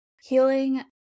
healing